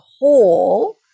whole